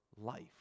life